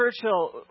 Churchill